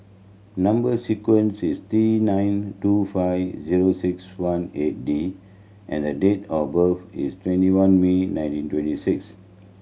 number sequence is T nine two five zero six one eight D and the date of birth is twenty one May nineteen twenty six